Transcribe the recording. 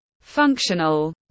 functional